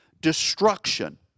destruction